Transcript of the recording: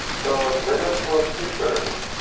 the regular schools' teachers,